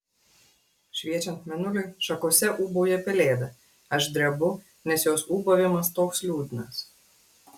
šviečiant mėnuliui šakose ūbauja pelėda aš drebu nes jos ūbavimas toks liūdnas